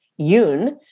Yoon